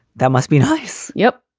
that must be nice. yep.